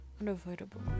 unavoidable